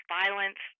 violence